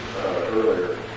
earlier